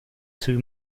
two